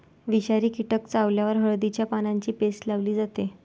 विषारी कीटक चावल्यावर हळदीच्या पानांची पेस्ट लावली जाते